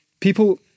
people